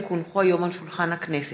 היום על שולחן הכנסת,